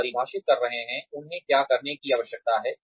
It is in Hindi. आप परिभाषित कर रहे हैं उन्हें क्या करने की आवश्यकता है